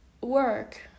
work